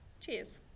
cheers